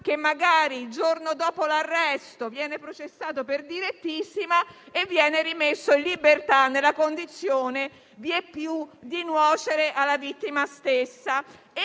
Magari il giorno dopo l'arresto viene processato per direttissima, ma viene rimesso in libertà nella condizione vieppiù di nuocere alla vittima.